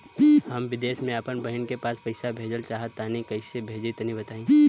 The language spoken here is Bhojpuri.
हम विदेस मे आपन बहिन के पास पईसा भेजल चाहऽ तनि कईसे भेजि तनि बताई?